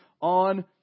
on